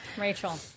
Rachel